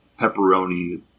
pepperoni